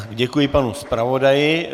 Děkuji panu zpravodaji.